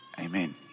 Amen